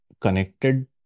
connected